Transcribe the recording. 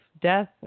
death